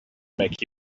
make